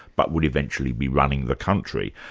but would eventually be running the country,